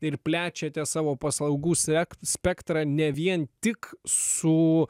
ir plečiate savo paslaugų sek spektrą ne vien tik su